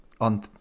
on